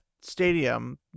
stadium